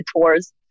tours